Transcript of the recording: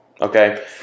okay